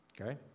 Okay